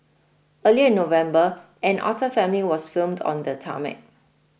earlier in November an otter family was filmed on the tarmac